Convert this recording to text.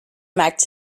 maakt